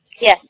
Yes